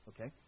Okay